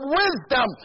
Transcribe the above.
wisdom